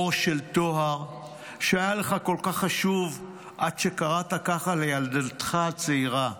אור של טוהר (שהיה לך כל כך חשוב עד שקראת כך לילדתך הצעירה)"